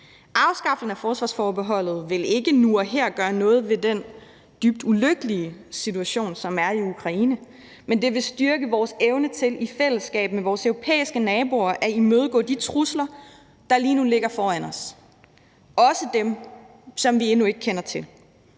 Afskaffelsen af forsvarsforbeholdet vil ikke nu og her gøre noget ved den dybt ulykkelige situation, som er i Ukraine, men det vil styrke vores evne til i fællesskab med vores europæiske naboer at imødegå de trusler, der lige nu ligger foran os, også dem, som vi endnu ikke kender til.